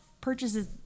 purchases